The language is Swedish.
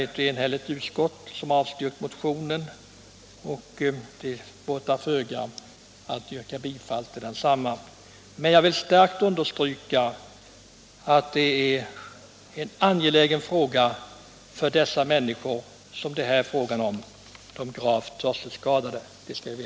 Ett enhälligt utskott har avstyrkt motionen, och det båtar föga att då yrka bifall till densamma. Men jag vill starkt understryka att detta är en angelägen fråga för de människor som det gäller, de hörselskadade.